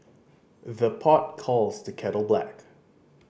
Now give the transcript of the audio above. the pot calls the kettle black